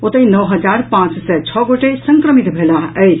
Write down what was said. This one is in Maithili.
ओतहि नौ हजार पांच सय छओ गोटे संक्रमित भेलाह अछि